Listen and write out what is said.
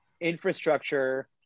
infrastructure